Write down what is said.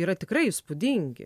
yra tikrai įspūdingi